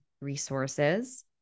resources